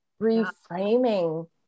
reframing